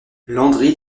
landry